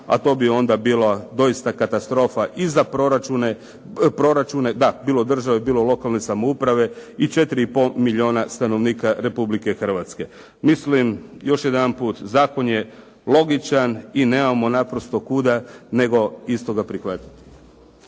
a to bi onda bilo doista katastrofa i za proračune, bilo državi, bilo lokalne samouprave i 4 i pol milijona stanovnika Republike Hrvatske. Mislim još jedanput zakon je logičan i nemamo naprosto kuda nego isto ga prihvatiti.